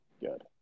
Good